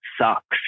sucks